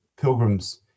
Pilgrims